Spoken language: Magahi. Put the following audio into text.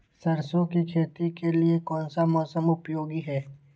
सरसो की खेती के लिए कौन सा मौसम उपयोगी है?